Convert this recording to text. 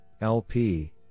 lp